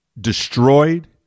destroyed